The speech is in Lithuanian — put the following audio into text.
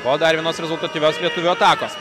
po dar vienos rezultatyvios lietuvių atakos